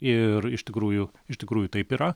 ir iš tikrųjų iš tikrųjų taip yra